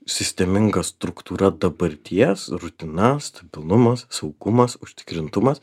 sisteminga struktūra dabarties rutina stabilumas saugumas užtikrintumas